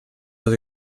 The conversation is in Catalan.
dos